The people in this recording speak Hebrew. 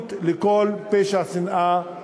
סובלנות לכל פשע שנאה,